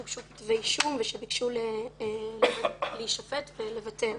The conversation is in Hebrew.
שהוגשו כתבי אישום ושביקשו להישפט ולבטל.